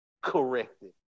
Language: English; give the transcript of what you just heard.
corrected